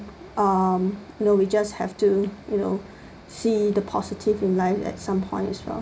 um no we just have to you know see the positive in life at some points from